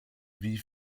wie